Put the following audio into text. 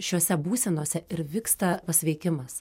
šiose būsenose ir vyksta pasveikimas